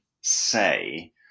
say